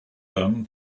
them